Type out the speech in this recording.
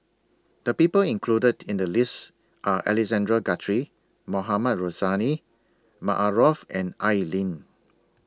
The People included in The list Are Alexander Guthrie Mohamed Rozani Maarof and Al Lim